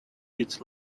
its